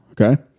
okay